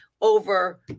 over